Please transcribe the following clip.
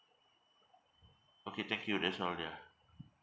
okay thank you that's all yeah